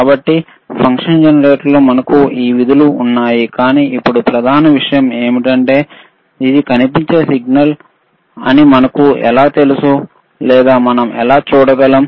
కాబట్టి ఫంక్షన్ జనరేటర్లో మనకు ఈ విధులు ఉన్నాయి కానీ ఇప్పుడు ప్రధాన విషయం ఏమిటంటే ఇది కనిపించే సిగ్నల్ అని మనకు ఎలా తెలుసు లేదా మనం ఎలా చేయగలం